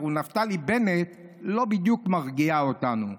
הוא נפתלי בנט לא בדיוק מרגיעה אותנו.